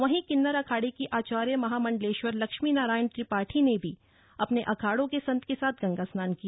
वहीं किन्नर अखाड़े की आचार्य महामंडलेश्वर लक्ष्मी नारायण त्रिपाठी ने भी अपने अखाड़े के संतों के साथ गंगा स्नान किया